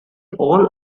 all